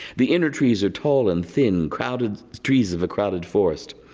the inner trees are tall and thin, crowded trees of a crowded forest.